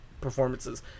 performances